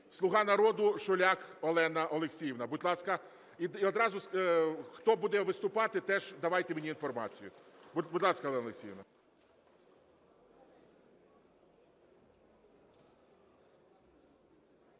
"Слуга народу" Шуляк Олена Олексіївна. Будь ласка. І одразу, хто буде виступати, теж давайте мені інформацію. Будь ласка, Олена Олексіївна.